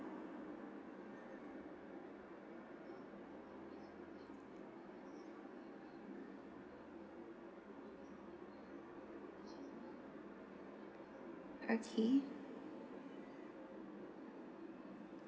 okay